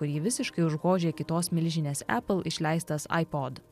kurį visiškai užgožė kitos milžinės apple išleistas aipod